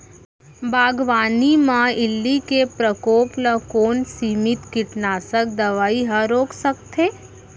बागवानी म इल्ली के प्रकोप ल कोन सीमित कीटनाशक दवई ह रोक सकथे?